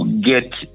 get